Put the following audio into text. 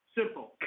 simple